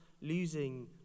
losing